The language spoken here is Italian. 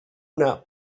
una